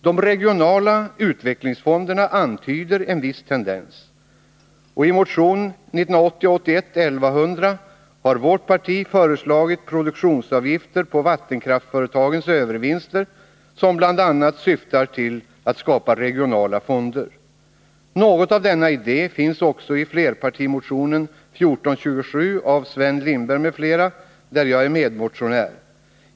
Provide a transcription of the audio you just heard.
De regionala utvecklingsfonderna antyder en viss tendens. I motion 1980/ 81:1100 har vårt parti föreslagit produktionsavgifter på vattenkraftföretagens övervinster som bl.a. syftar till att skapa regionala fonder. Något av denna idé finns också i flerpartimotionen 1427 av Sven Lindberg m.fl., där jag är medmotionär.